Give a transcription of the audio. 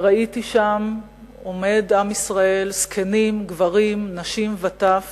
וראיתי שם עומד עם ישראל, זקנים, גברים, נשים וטף